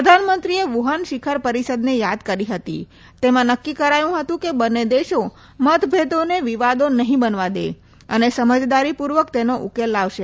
પ્રધાનમંત્રીએ વુહાન શિખર પરિષદને યાદ કરી હતી જેમાં નક્કી કરાયું હતું કે બંને દેશો મતભેદોને વિવાદો નહીં બનવા દે અને સમજદારીપૂર્વક તેનો ઉકેલ લાવશે